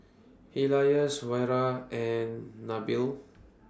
Elyas Wira and Nabil